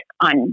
on